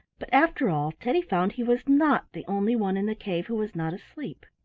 but after all teddy found he was not the only one in the cave who was not asleep.